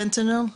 פנטניל,